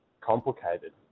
complicated